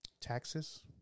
taxes